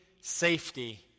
safety